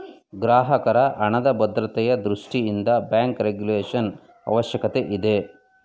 ಗ್ರಾಹಕರ ಹಣದ ಭದ್ರತೆಯ ದೃಷ್ಟಿಯಿಂದ ಬ್ಯಾಂಕ್ ರೆಗುಲೇಶನ್ ಅವಶ್ಯಕತೆ ಇದೆ